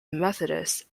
methodist